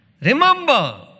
Remember